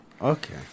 Okay